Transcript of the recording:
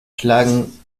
schlagen